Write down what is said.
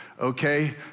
Okay